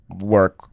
work